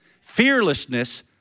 fearlessness